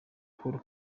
paul